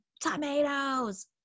tomatoes